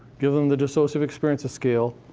give them the dissociative experiences scale,